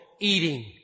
eating